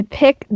pick